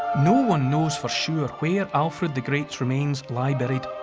no-one knows for sure where alfred the great's remains lie buried.